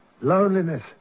Loneliness